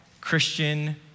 Christian